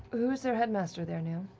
who's their headmaster there now?